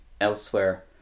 elsewhere